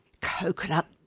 coconut